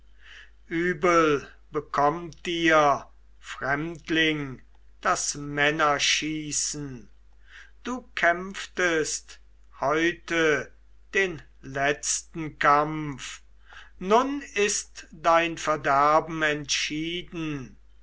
übel bekommt dir fremdling das männerschießen du kämpftest heute den letzten kampf nun ist dein verderben entschieden